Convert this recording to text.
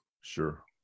sure